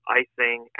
icing